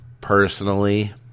personally